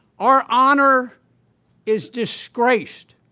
our honor is disgraced.